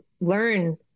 learn